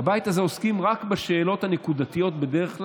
בבית הזה עוסקים רק בשאלות הנקודתיות בדרך כלל,